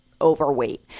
overweight